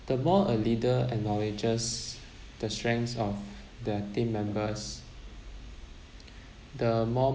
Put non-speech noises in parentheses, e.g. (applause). the more a leader acknowledges the strengths of the team members (breath) the more